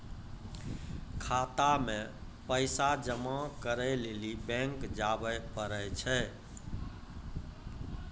खाता मे पैसा जमा करै लेली बैंक जावै परै छै